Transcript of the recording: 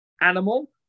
animal